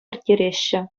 ирттереҫҫӗ